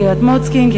קריית-מוצקין,